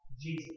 Jesus